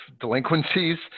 delinquencies